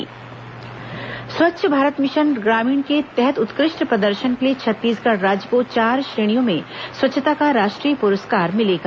छत्तीसगढ़ राष्ट्रीय पुरस्कार स्वच्छ भारत मिशन ग्रामीण के तहत उत्कृष्ट प्रदर्शन के लिए छत्तीसगढ़ राज्य को चार श्रेणियों में स्वच्छता का राष्ट्रीय पुरस्कार मिलेगा